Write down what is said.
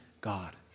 God